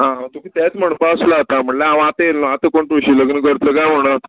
आ तुका तेंच म्हणपा आसलो आतां म्हणल्यार हांव आतां येयलो आतां कोण तुळशी लग्न करतलो काय म्हण